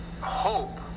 hope